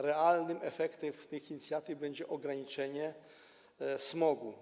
Realnym efektem tych inicjatyw będzie ograniczenie smogu.